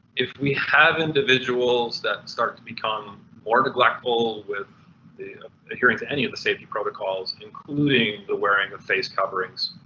if we have individuals that start to become more neglectful with the ah heeding to any of the safety protocols including the wearing the face coverings,